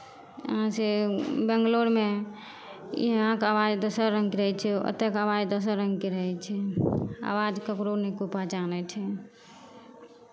आ से बेंगलौरमे इहाँके आवाज दोसर रङ्गके रहै छै ओतयके आवाज दोसर रङ्गके रहै छै आवाज ककरो नहि कोइ पहचानै छै